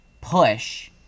push